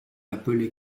appelé